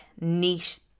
niche